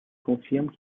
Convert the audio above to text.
confirment